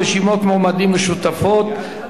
רשימות מועמדים משותפות),